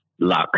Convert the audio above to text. Luck